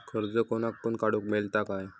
कर्ज कोणाक पण काडूक मेलता काय?